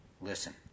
listen